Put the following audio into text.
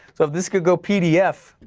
so if this could go pdf,